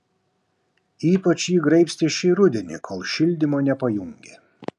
ypač jį graibstė šį rudenį kol šildymo nepajungė